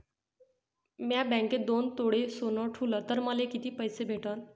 म्या बँकेत दोन तोळे सोनं ठुलं तर मले किती पैसे भेटन